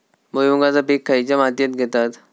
भुईमुगाचा पीक खयच्या मातीत घेतत?